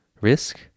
risk